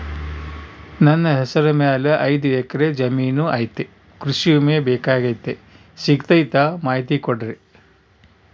ನನ್ನ ಹೆಸರ ಮ್ಯಾಲೆ ಐದು ಎಕರೆ ಜಮೇನು ಐತಿ ಕೃಷಿ ವಿಮೆ ಬೇಕಾಗೈತಿ ಸಿಗ್ತೈತಾ ಮಾಹಿತಿ ಕೊಡ್ರಿ?